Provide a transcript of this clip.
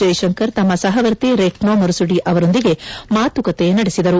ಜೈಶಂಕರ್ ತಮ್ಮ ಸಹವರ್ತಿ Retno Marsudi ಅವರೊಂದಿಗೆ ಮಾತುಕತೆ ನಡೆಸಿದರು